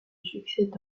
succèdent